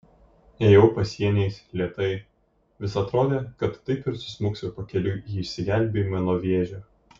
ėjau pasieniais lėtai vis atrodė kad taip ir susmuksiu pakeliui į išsigelbėjimą nuo vėžio